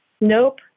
Nope